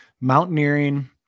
mountaineering